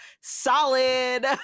solid